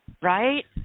Right